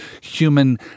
human